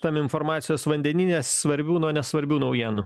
tam informacijos vandenyne svarbių nuo nesvarbių naujienų